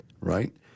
right